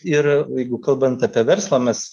ir baigiu kalbant apie verslą mes